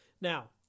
Now